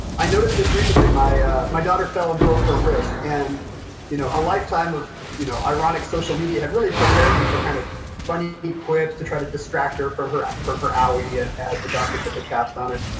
i noticed this recently, my my daughter fell and broke her wrist. and you know a lifetime of you know ironic social media had really prepared me for kind of funny quips to try to distract her from her from her owie ah as the doctor put the cast on it.